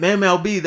mlb